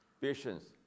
patience